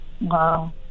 Wow